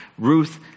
Ruth